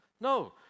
No